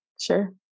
Sure